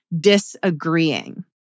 disagreeing